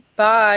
Bye